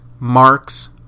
Marks